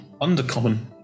undercommon